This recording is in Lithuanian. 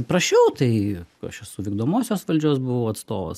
prašiau tai aš esu vykdomosios valdžios buvau atstovas